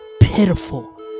pitiful